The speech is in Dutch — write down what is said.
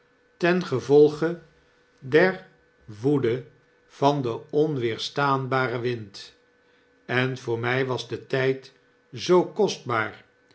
ten gevolge der woede van den onweerstaanbaren wind en voor my was de tyd zoo kostbaar